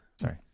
Sorry